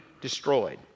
destroyed